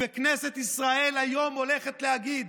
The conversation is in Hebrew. וכנסת ישראל היום הולכת להגיד,